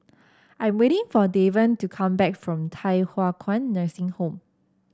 I'm waiting for Davon to come back from Thye Hua Kwan Nursing Home